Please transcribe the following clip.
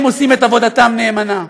הם עושים את עבודתם נאמנה,